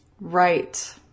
Right